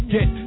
Get